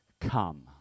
come